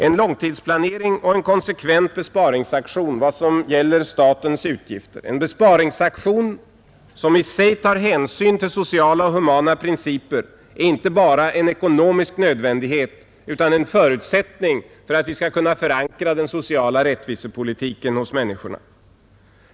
En långtidsplanering och en konsekvent besparingsaktion vad gäller statens utgifter — en besparingsaktion som i sig tar hänsyn till sociala och humana principer — är inte bara en ekonomisk nödvändighet utan en förutsättning för att vi skall kunna förankra den sociala rättvisepolitiken hos människorna.